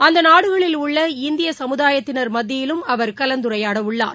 அந்த நாடுகளில் உள்ள இந்திய சமுதாயத்தினர் மத்தியிலும் அவர் கலந்துரையாட உள்ளார்